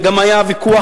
וגם היה ויכוח,